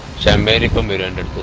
um brady commit and